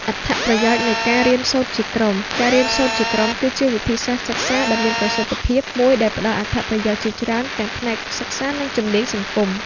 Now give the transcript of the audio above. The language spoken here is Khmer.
អត្ថប្រយោជន៍នៃការរៀនសូត្រជាក្រុមការរៀនសូត្រជាក្រុមគឺជាវិធីសាស្ត្រសិក្សាដ៏មានប្រសិទ្ធភាពមួយដែលផ្តល់អត្ថប្រយោជន៍ជាច្រើនទាំងផ្នែកសិក្សា និងជំនាញសង្គម។